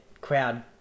crowd